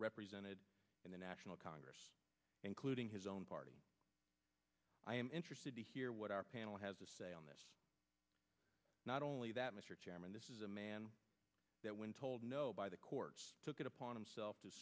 represented in the national congress including his own party i am interested to hear what our panel has to say on this not only that mr chairman this is a man that when told no by the court took it upon himsel